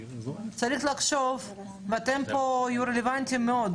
צריך לחשוב ואתם תהיו רלוונטיים מאוד,